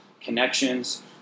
connections